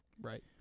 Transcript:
Right